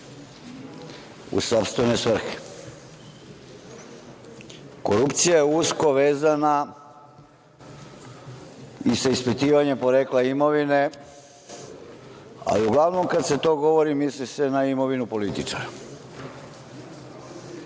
u sopstvene svrhe. Korupcija je usko vezana i sa ispitivanjem porekla imovine, ali uglavnom kada se to govori misli se na imovinu političara.